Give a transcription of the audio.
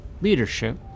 leadership